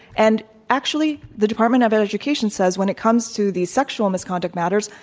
and actually the department of education says when it comes to the sexual misconduct matters,